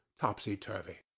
topsy-turvy